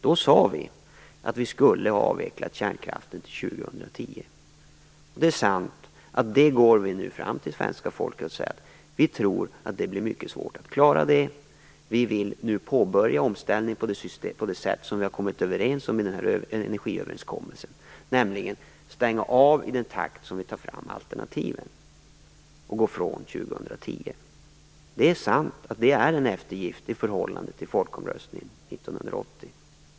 Då sade vi att vi skulle ha avvecklat kärnkraften till 2010. Det är sant att vi nu går fram till svenska folket och säger att vi tror att det blir mycket svårt att klara det och att vi nu vill påbörja omställningen på det sätt som vi har kommit överens om i energiöverenskommelsen, nämligen stänga av i den takt som vi tar fram alternativen, och alltså gå ifrån 2010. Det är sant att det är en eftergift i förhållande till folkomröstningen 1980.